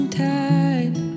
tide